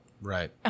Right